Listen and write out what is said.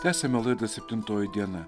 tęsiame laidą septintoji diena